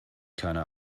keine